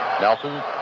Nelson